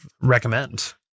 recommend